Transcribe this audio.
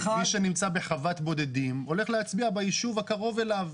מי שנמצא בחוות בודדים הולך להצביע ביישוב הקרוב אליו.